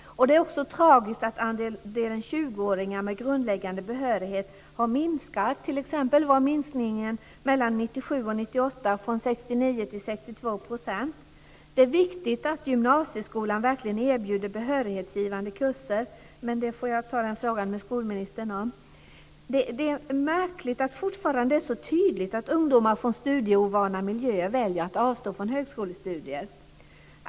Det är också tragiskt att andelen 20-åringar med grundläggande behörighet minskat. T.ex. minskade andelen mellan 1997 och 1998 från 69 % till 62 %. Det är viktigt att gymnasieskolan verkligen erbjuder behörighetsgivande kurser. Men den frågan får jag ta med skolministern. Det är märkligt att det fortfarande är så tydligt att ungdomar från studieovana miljöer väljer att avstå från högskolestudier.